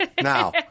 Now